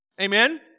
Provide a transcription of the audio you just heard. Amen